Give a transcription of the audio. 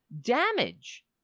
damage